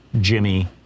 Jimmy